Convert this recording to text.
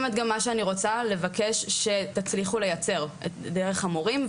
כי זה באמת גם מה שאני רוצה לבקש שתצליחו לייצר דרך המורים,